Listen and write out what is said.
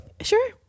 sure